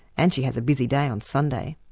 and she has a busy day on sunday.